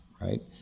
right